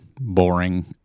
boring